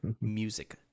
music